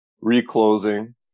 Reclosing